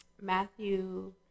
Matthew